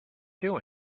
doing